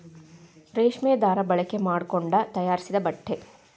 ರೇಶ್ಮಿ ದಾರಾ ಬಳಕೆ ಮಾಡಕೊಂಡ ತಯಾರಿಸಿದ ಬಟ್ಟೆ